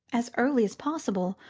as early as possible,